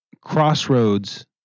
crossroads